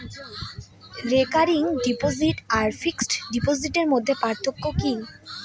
Recurring deposit আর fixed ডিপোজিটের মধ্যে পার্থক্য কি?